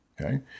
Okay